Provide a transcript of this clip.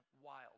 wild